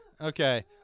Okay